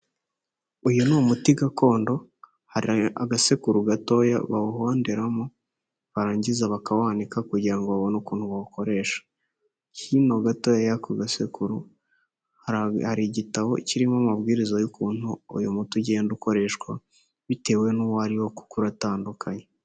Uyu n'umuti gakondo hari agasekuru gatoya bawuhonderamo barangiza bakawanika kugira ngo babone ukuntu bawukoresha, hino gato yako gasekuru hari igitabo kirimo amabwiriza y'ukuntu, uyu muti ugenda ukoreshwa bitewe n'uwori wo kuko uratandukanye.